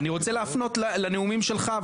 אבל אני רוצה להפנות לנאומים שלך.